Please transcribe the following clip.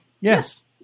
Yes